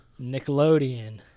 Nickelodeon